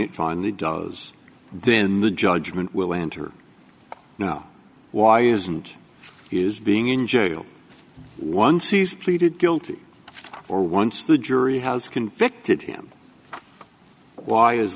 it finally does then the judgment will enter now why isn't is being in jail once he's pleaded guilty or once the jury has convicted him why is